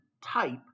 type